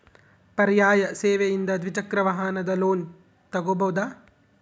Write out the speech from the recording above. ಪರ್ಯಾಯ ಸೇವೆಯಿಂದ ದ್ವಿಚಕ್ರ ವಾಹನದ ಲೋನ್ ತಗೋಬಹುದಾ?